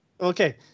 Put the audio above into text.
Okay